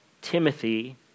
Timothy